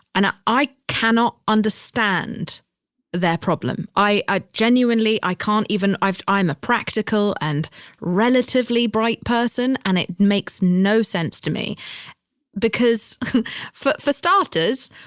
and i, i cannot understand understand their problem. i ah genuinely i can't even, i'm, i'm a practical and relatively bright person and it makes no sense to me because for for starters,